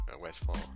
Westfall